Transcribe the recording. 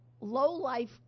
low-life